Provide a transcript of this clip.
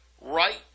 Right